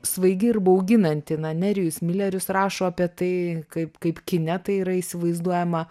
svaigi ir bauginanti na nerijus milerius rašo apie tai kaip kaip kine tai yra įsivaizduojama